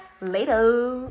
later